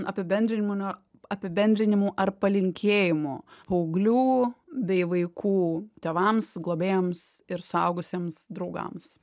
apibendrinimų niu apibendrinimų ar palinkėjimų paauglių bei vaikų tėvams globėjams ir suaugusiems draugams